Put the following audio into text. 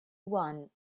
one